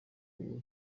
ngo